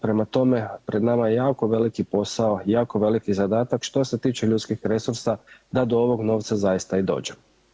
Prema tome, pred nama je jako veliki posao, jako veliki zadatak što se tiče ljudskih resursa da do ovog novca zaista i dođe.